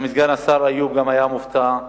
גם סגן השר איוב קרא היה מופתע,